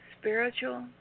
spiritual